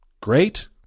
great